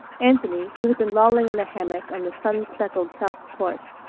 anthony, who had been lolling in the hammock on the sun-speckled south porch,